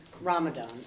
Ramadan